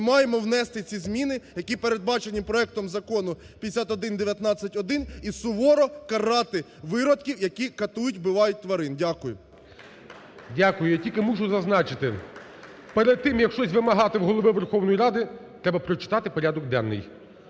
Ми маємо внести ці зміни, які передбачені проектом Закону 5119-1 і суворо карати виродків, які катують, вбивають тварин. Дякую. ГОЛОВУЮЧИЙ. Дякую. Я тільки мушу зазначити, перед тим як щось вимагати в Голови Верховної Ради, треба прочитати порядок денний.